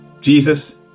Jesus